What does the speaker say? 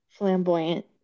flamboyant